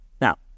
Now